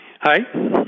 Hi